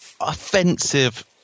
offensive